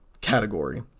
category